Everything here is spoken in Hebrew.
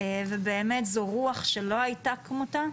ובאמת זו רוח שלא היתה כמותה,